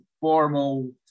formal